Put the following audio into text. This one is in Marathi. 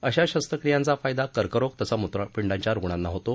अशा शस्त्रक्रियांचा फायदा कर्करोग तसंच मुत्रपिंडाच्या रुग्णांना होतो